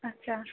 اچھا